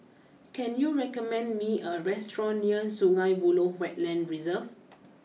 can you recommend me a restaurant near Sungei Buloh Wetland Reserve